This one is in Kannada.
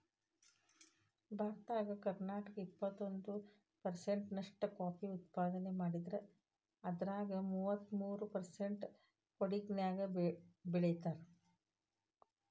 ಭಾರತದಾಗ ಕರ್ನಾಟಕ ಎಪ್ಪತ್ತೊಂದ್ ಪರ್ಸೆಂಟ್ ನಷ್ಟ ಕಾಫಿ ಉತ್ಪಾದನೆ ಮಾಡಿದ್ರ ಅದ್ರಾಗ ಮೂವತ್ಮೂರು ಪರ್ಸೆಂಟ್ ಕೊಡಗಿನ್ಯಾಗ್ ಬೆಳೇತಾರ